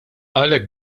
għalhekk